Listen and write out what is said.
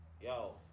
yo